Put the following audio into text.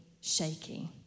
shaky